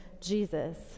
Jesus